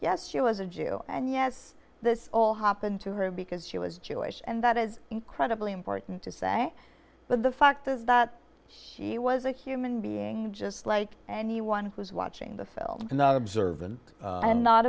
yes she was a jew and yes this all happened to her because she was jewish and that is incredibly important to say but the fact is that she was a human being just like anyone who's watching the film cannot observe them and not